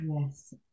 yes